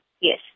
yes